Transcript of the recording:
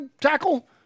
tackle